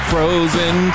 Frozen